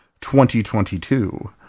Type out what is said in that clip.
2022